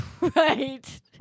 Right